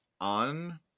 on